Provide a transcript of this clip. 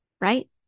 right